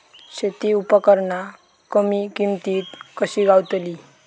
शेती उपकरणा कमी किमतीत कशी गावतली?